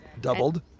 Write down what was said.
Doubled